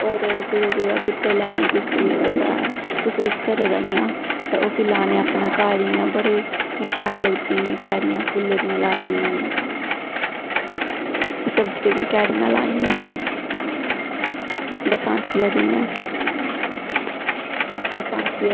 होर कोई बूह्टे लाने किसे किसे दे कुसै कुसै घरे दा इ'यां ते ओह् लाने अपने घर बड़े इ'यां बड़ी शैल लगदियां क्यारियां फुल्लें दियां लादियां होन इ'यां सब्जियें दियां क्यारियां लानियां बरसांती दे